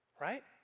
Right